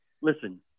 Listen